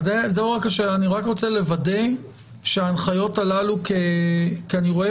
אני רק רוצה לוודא שההנחיות הללו כי אני רואה